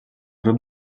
grup